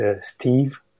Steve